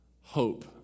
hope